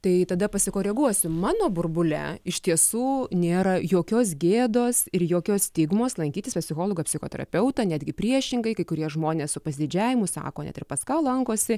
tai tada pasikoreguosim mano burbule iš tiesų nėra jokios gėdos ir jokios stigmos lankytis pas psichologą psichoterapeutą netgi priešingai kai kurie žmonės su pasididžiavimu sako net ir pas ką lankosi